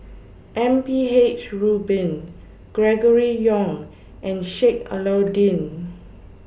M P H Rubin Gregory Yong and Sheik Alau'ddin